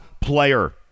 player